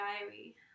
diary